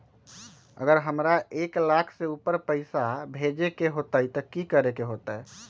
अगर हमरा एक लाख से ऊपर पैसा भेजे के होतई त की करेके होतय?